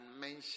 mention